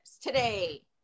today